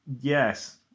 yes